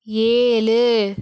ஏழு